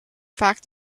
fact